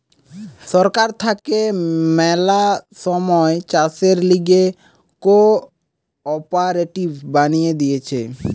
সরকার থাকে ম্যালা সময় চাষের লিগে কোঅপারেটিভ বানিয়ে দিতেছে